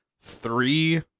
three